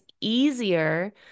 easier